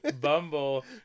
Bumble